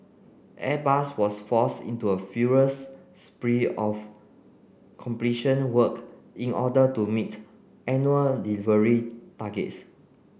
Airbus was forced into a furious spree of completion work in order to meet annual delivery targets